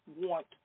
want